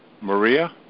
Maria